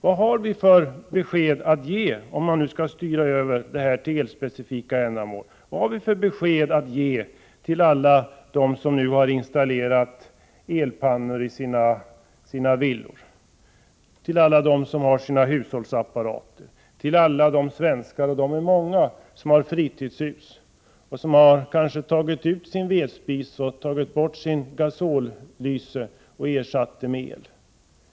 Om användningen styrs över till elspecifika ändamål, vad har vi då för besked att ge alla dem som nu har installerat elpannor i sina villor, alla dem som har hushållsapparater och alla de svenskar — och det är många — som har fritidshus och som kanske har tagit ut sin vedspis och bort sitt gasollyse och ersatt det med el?